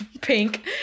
pink